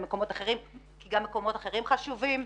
אותם למקומות אחרים כי גם מקומות אחרים חשובים.